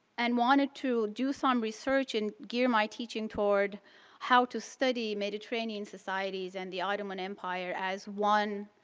and wanted to do some research and gear my teaching toward how to study mediterranean societies and the ottoman empire as one